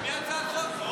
של מי הצעת החוק?